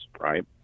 right